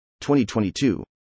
2022